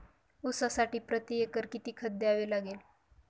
ऊसासाठी प्रतिएकर किती खत द्यावे लागेल?